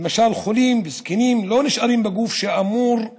למשל, חולים וזקנים לא נשארים בגוף שאמור לסייע